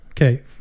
Okay